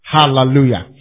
Hallelujah